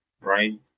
right